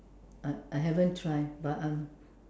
I I haven't try but I'm